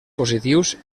positius